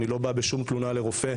אני לא בא בשום תלונה לרופא,